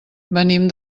venim